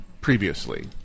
previously